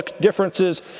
differences